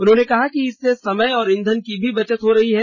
उन्होंने कहा कि इससे समय और ईंधन की भी बचत हो रही है